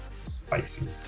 spicy